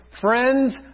friends